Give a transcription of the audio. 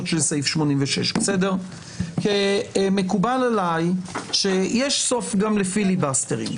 של סעיף 86. מקובל עליי שיש סוף גם לפיליבסטרים,